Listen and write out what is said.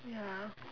ya